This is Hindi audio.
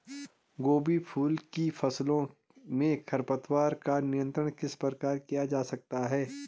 गोभी फूल की फसलों में खरपतवारों का नियंत्रण किस प्रकार किया जा सकता है?